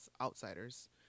Outsiders